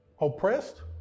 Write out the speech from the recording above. oppressed